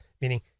meaning